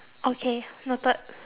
okay noted